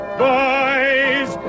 boys